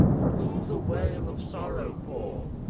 and who the wail of sorrow pour?